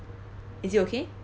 is it okay